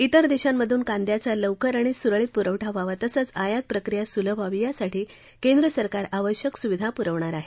ित्वर देशांमधून कांद्याचा लवकर आणि सुरळीत पुरवठा व्हावा तसंच आयात प्रक्रिया सुलभ व्हावी यासाठी केंद्र सरकार आवश्यक सुविधा पुरवणार आहे